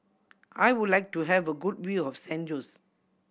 I would like to have a good view of San Jose